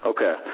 Okay